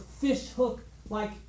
fish-hook-like